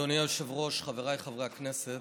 היושב-ראש, חבריי חברי הכנסת,